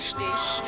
Stich